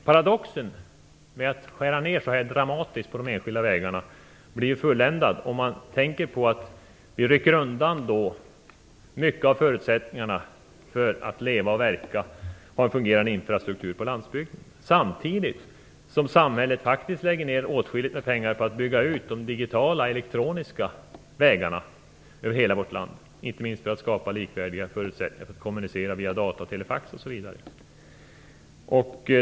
Paradoxen med att skära ned så här dramatiskt på de enskilda vägarna blir fulländad om man tänker på att vi då rycker undan mycket av förutsättningarna för att leva och verka samt ha en fungerande infrastruktur på landsbygden, samtidigt som samhället faktiskt lägger ner åtskilligt med pengar på att bygga ut de digitala elektroniska vägarna över hela vårt land, inte minst för att skapa likvärdiga förutsättningar för att kommunicera via data, telefax osv.